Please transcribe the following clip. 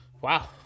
Wow